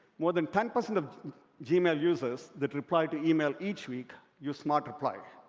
more than ten percent of gmail users that reply to email each week use smart reply,